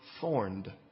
thorned